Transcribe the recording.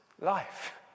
life